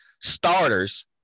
starters